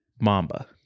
Mamba